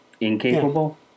incapable